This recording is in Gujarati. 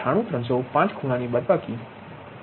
98305 ખૂણાની બાદબાકી 1